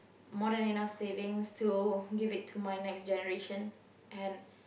more than enough savings to give it to my next generation and